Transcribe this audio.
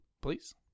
please